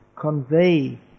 convey